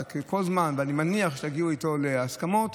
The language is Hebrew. אבל כל זמן, ואני מניח, שתגיעו איתו להסכמות,